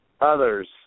others